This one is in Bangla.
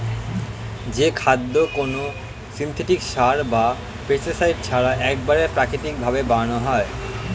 যে খাদ্য কোনো সিনথেটিক সার বা পেস্টিসাইড ছাড়া একবারে প্রাকৃতিক ভাবে বানানো হয়